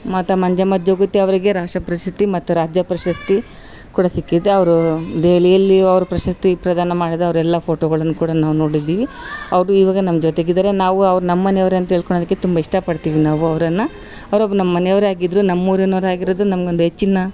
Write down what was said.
ಮಾತಾ ಮಂಜಮ್ಮ ಜೋಗತಿ ಅವರಿಗೆ ರಾಷ್ಟ್ರ ಪ್ರಶಸ್ತಿ ಮತ್ತು ರಾಜ್ಯ ಪ್ರಶಸ್ತಿ ಕೂಡ ಸಿಕ್ಕಿದೆ ಅವರು ದೆಹೆಲಿಯಲ್ಲಿ ಅವರು ಪ್ರಶಸ್ತಿ ಪ್ರದಾನ ಮಾಡಿದವರೆಲ್ಲ ಫೋಟೋಗಳನ್ ಕೂಡ ನಾವು ನೋಡಿದ್ದಿವಿ ಅವರು ಇವಾಗ ನಮ್ಮ ಜೊತೆಗಿದ್ದಾರೆ ನಾವು ಅವ್ರು ನಮ್ಮಮನೆ ಅವರೆ ಅಂತ ತಿಳ್ಕೋಳೊದಿಕ್ಕೆ ತುಂಬ ಇಷ್ಟ ಪಡ್ತೀವಿ ನಾವು ಅವರನ್ನ ಅವ್ರು ಒಬ್ಬರು ನಮ್ಮಮನೆ ಅವರೇ ಆಗಿದ್ರು ನಮ್ಮ ಊರಿನೊರೆ ಆಗಿರೋದು ನಮ್ಗೊಂದು ಹೆಚ್ಚಿನ